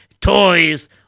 toys